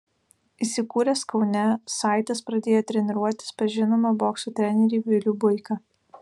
įsikūręs kaune saitas pradėjo treniruotis pas žinomą bokso trenerį vilių buiką